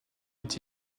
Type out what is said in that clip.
est